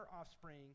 offspring